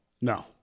No